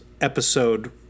episode